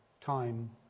time